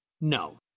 No